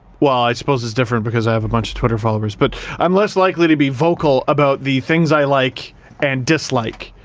well, i suppose it's different because i have a bunch of twitter followers, but i'm less likely to be vocal about the things i like and dislike.